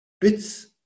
bits